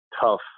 tough